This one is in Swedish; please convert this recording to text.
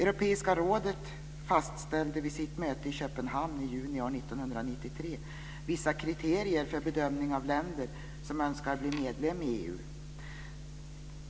Europeiska rådet fastställde vid sitt möte i Köpenhamn i juni 1993 vissa kriterier för bedömning av länder som önskar bli medlemmar i EU.